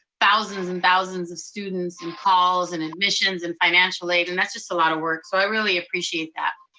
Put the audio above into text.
thousands, and thousands of students, and calls, and admissions, and financial aid, and that's just a lot of work, so i really appreciate that.